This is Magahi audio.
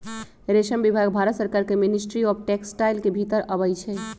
रेशम विभाग भारत सरकार के मिनिस्ट्री ऑफ टेक्सटाइल के भितर अबई छइ